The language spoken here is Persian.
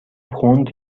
پوند